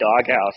doghouse